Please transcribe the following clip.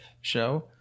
show